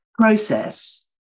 process